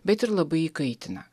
bet ir labai įkaitina